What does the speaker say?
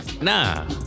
nah